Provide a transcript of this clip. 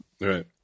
Right